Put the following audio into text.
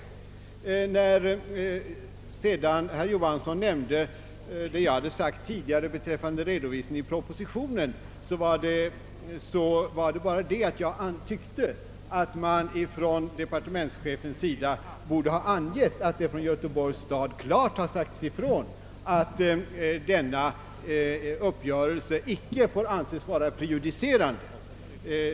Beträffande vad herr Johansson nämnde om vad jag hade sagt tidigare i fråga om redovisningen i propositionen förhöll det sig så att jag tyckte att departementschefen borde ha angett att det från Göteborgs stad klart har sagts ifrån att denna uppgörelse icke får anses vara prejudicerande.